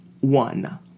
one